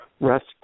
rest